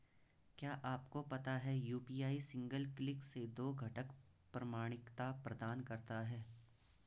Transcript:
क्या आपको पता है यू.पी.आई सिंगल क्लिक से दो घटक प्रमाणिकता प्रदान करता है?